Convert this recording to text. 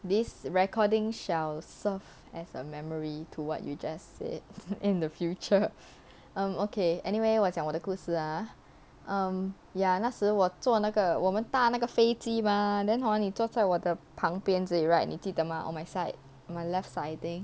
this recording shall serve as a memory to what you just said in the future um okay anyway 我讲我的故事 ah um ya 那时我做那个我们搭那个飞机 mah then hor 你坐在我的旁边而已 right 你记得吗 on my side my left side I think